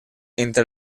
entre